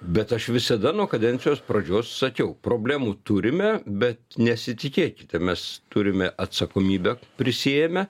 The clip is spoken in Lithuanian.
bet aš visada nuo kadencijos pradžios sakiau problemų turime bet nesitikėkite mes turime atsakomybę prisiėmę